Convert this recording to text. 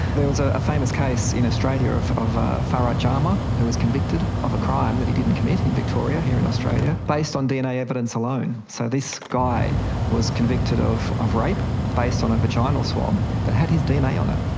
there was a a famous case in australia of of farah jama who was convicted of a crime that he didn't commit in victoria here in australia, based on dna evidence alone. so this guy was convicted of of rape based on a vaginal swab that had his dna on it.